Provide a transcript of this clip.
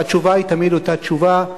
והתשובה היא תמיד אותה תשובה: